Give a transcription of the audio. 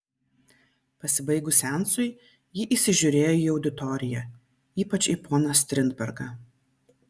pasibaigus seansui ji įsižiūrėjo į auditoriją ypač į poną strindbergą